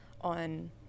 on